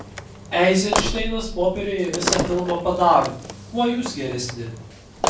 eizenšteinas popieriuje visą filmą padaro kuo jūs geresni